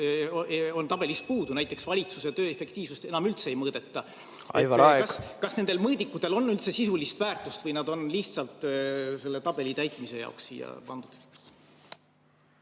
on tabelis puudu, näiteks valitsuse töö efektiivsust enam üldse ei mõõdeta. Aivar, aeg! Kas nendel mõõdikutel on üldse sisulist väärtust või nad on lihtsalt selle tabeli täitmise jaoks siia pandud?